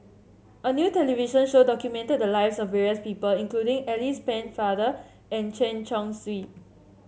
a new television show documented the lives of various people including Alice Pennefather and Chen Chong Swee